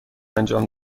انجام